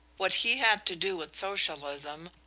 what he had to do with socialism,